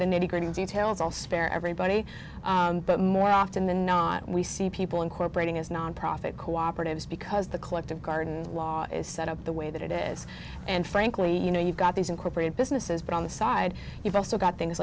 the nitty gritty details i'll spare everybody but more often than not we see people incorporating as nonprofit cooperatives because the collective garden law is set up the way that it is and frankly you know you've got these incorporated businesses but on the side you've also got things